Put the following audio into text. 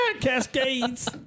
Cascades